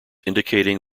indicating